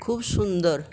খুব সুন্দর